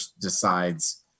decides